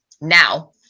Now